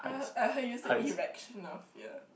I I heard you said erectional fear